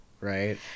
right